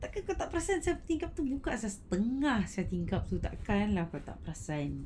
tak ke kau tak perasan saya tingkap tu buka sesetengah saya tingkap tak akan kau tak perasan